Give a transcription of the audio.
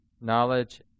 knowledge